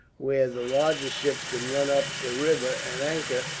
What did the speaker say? where the largest ships could run up the river and anchor,